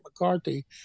McCarthy